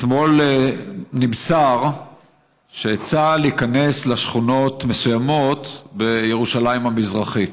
אתמול נמסר שצה"ל ייכנס לשכונות מסוימות בירושלים המזרחית.